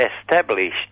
established